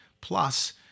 plus